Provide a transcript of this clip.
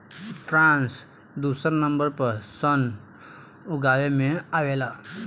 France दुसर number पर सन उगावे में आवेला